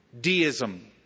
Deism